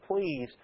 please